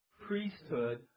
priesthood